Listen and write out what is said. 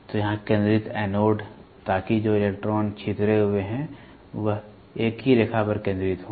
तो यहाँ केंद्रित एनोड ताकि जो इलेक्ट्रॉन छितरे हुए हैं वे एक ही रेखा पर केंद्रित हों